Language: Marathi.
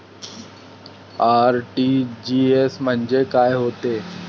आर.टी.जी.एस म्हंजे काय होते?